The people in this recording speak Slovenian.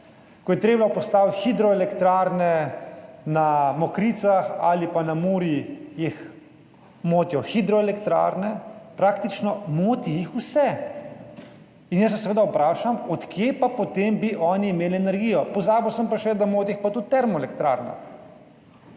ko je treba postaviti hidroelektrarne na Mokricah ali pa na Muri, jih motijo hidroelektrarne, moti jih praktično vse in jaz se seveda vprašam, od kje pa potem bi oni imeli energijo? Pozabil sem pa še, da moti jih pa tudi v termoelektrarnah.